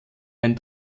ein